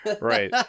Right